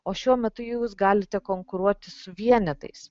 o šiuo metu jūs galite konkuruoti su vienetais